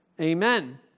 Amen